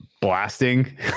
blasting